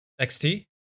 XT